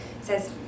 says